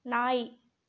நாய்